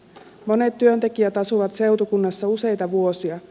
monet työntekijät asuvat seutukunnassa useita vuosia